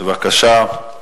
בבקשה.